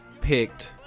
picked